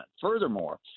Furthermore